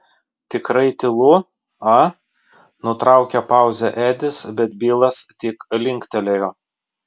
tikrai tylu a nutraukė pauzę edis bet bilas tik linktelėjo